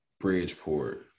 Bridgeport